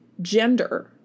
Gender